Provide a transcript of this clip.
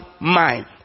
mind